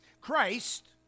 Christ